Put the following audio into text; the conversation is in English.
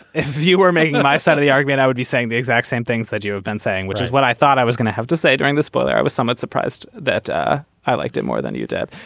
if you were making my side of the argument i would be saying the exact same things that you have been saying which is what i thought i was going to have to say during the spoiler i was somewhat surprised that ah i liked it more than you did.